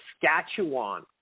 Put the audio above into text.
Saskatchewan